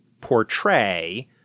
portray